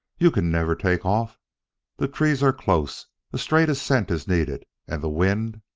you can never take off the trees are close a straight ascent is needed. and the wind!